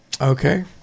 Okay